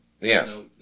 Yes